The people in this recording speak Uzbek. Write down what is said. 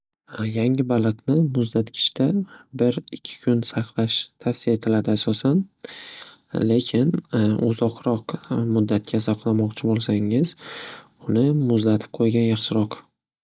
Yangi baliq muzlatkichda bir ikki kun saqlash tavsiya etiladi. Asosan lekin uzoqroq muddatga saqlamoqchi bo'lsangiz uni muzlatib qo'ygan yaxshiroq.